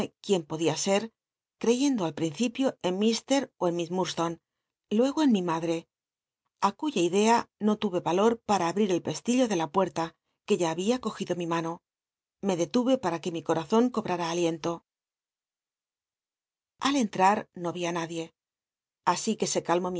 quién podía ser creyendo al principio en mt ó en miss ilurdstone luego en mi madre i cuya idea no ttle valor para abril el pestillo de la puerta que ya había cogido mi mano me dctuye para que mi corazon cobrara alien to al entrar no vi ü nadie así que se calmó